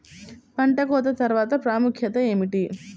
పంట కోత తర్వాత ప్రాముఖ్యత ఏమిటీ?